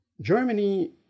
Germany